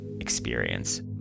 experience